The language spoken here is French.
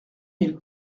mille